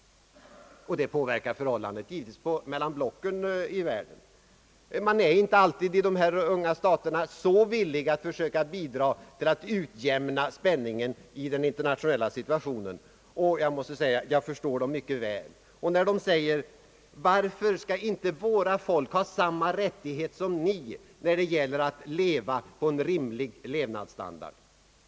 Det påverkar givetvis förhållandet mellan blocken i världen. Man är inte alltid i dessa unga stater så villig att söka bidra till att utjämna spänningen i den internationella situationen. Jag förstår mycket väl, när de säger: Var för skall inte våra folk ha samma rättighet som ni att leva på en rimlig levnadsstandard?